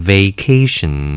Vacation